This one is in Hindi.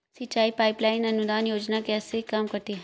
सिंचाई पाइप लाइन अनुदान योजना कैसे काम करती है?